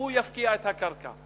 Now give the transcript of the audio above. והוא יפקיע את הקרקע.